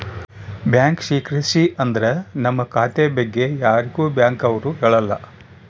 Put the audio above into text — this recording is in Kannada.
ಬ್ಯಾಂಕ್ ಸೀಕ್ರಿಸಿ ಅಂದ್ರ ನಮ್ ಖಾತೆ ಬಗ್ಗೆ ಯಾರಿಗೂ ಬ್ಯಾಂಕ್ ಅವ್ರು ಹೇಳಲ್ಲ